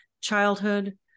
childhood